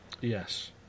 Yes